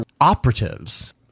operatives